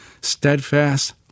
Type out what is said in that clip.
steadfast